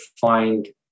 find